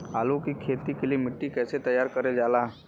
आलू की खेती के लिए मिट्टी कैसे तैयार करें जाला?